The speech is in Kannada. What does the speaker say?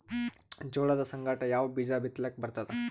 ಜೋಳದ ಸಂಗಾಟ ಯಾವ ಬೀಜಾ ಬಿತಲಿಕ್ಕ ಬರ್ತಾದ?